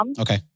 Okay